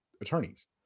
attorneys